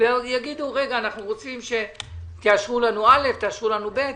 ויגידו שאנחנו רוצים שתאשרו לנו א' או תאשרו לנו ב'.